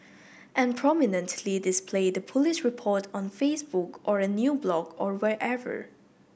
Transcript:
and prominently display the police report on Facebook or a new blog or wherever